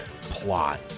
plot